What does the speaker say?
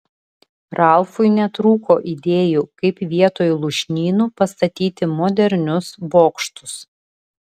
ralfui netrūko idėjų kaip vietoj lūšnynų pastatyti modernius bokštus